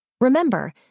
Remember